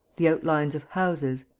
the outlines of houses,